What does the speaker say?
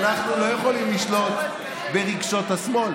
אנחנו לא יכולים לשלוט ברגשות השמאל.